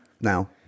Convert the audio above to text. Now